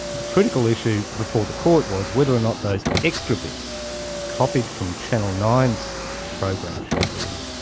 the critical issue before the court was whether or not those extra bits copied from channel nine s program schedules,